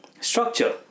structure